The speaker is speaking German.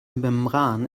membran